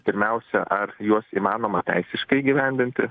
pirmiausia ar juos įmanoma teisiškai įgyvendinti